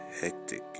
hectic